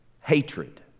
hatred